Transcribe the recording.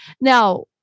Now